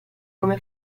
come